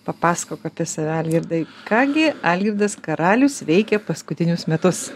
papasakok apie save algirdai ką gi algirdas karalius veikė paskutinius metus